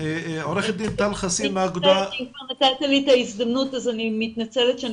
אם כבר נתת לי את ההזדמנות אז אני מתנצלת שאני